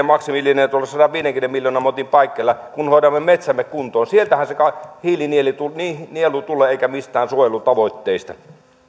maksimi lienee tuolla sadanviidenkymmenen miljoonan motin paikkeilla kun hoidamme metsämme kuntoon sieltähän se hiilinielu tulee eikä mistään suojelutavoitteista